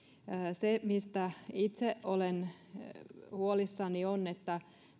se mistä itse olen huolissani on se että